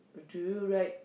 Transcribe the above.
do you ride